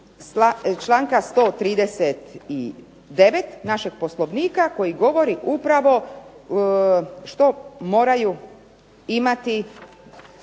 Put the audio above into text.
članka 139. našeg Poslovnika koji govori upravo što moraju imati